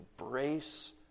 embrace